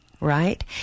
right